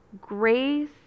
Grace